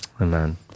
Amen